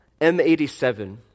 M87